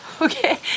okay